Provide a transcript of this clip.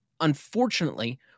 unfortunately